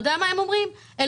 מצאו